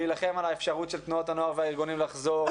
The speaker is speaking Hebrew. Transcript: להילחם על האפשרות של תנועות הנוער והארגונים לחזור.